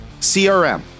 CRM